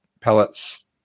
pellets